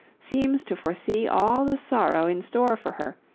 seems to foresee all the sorrow in store for her,